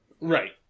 Right